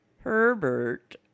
Herbert